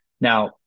Now